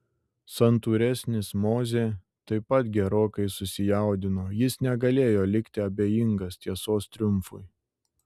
santūresnis mozė taip pat gerokai susijaudino jis negalėjo likti abejingas tiesos triumfui